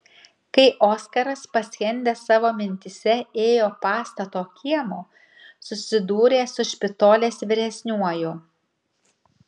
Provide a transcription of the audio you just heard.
kai oskaras paskendęs savo mintyse ėjo pastato kiemu susidūrė su špitolės vyresniuoju